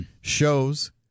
shows